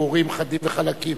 ברורים, חדים וחלקים.